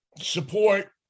support